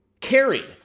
Carried